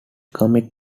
comic